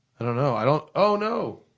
i don't know, i don't. oh no!